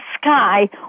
sky